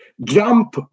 jump